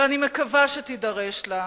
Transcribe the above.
ואני מקווה שתידרש לה,